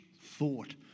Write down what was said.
thought